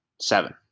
seven